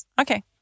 Okay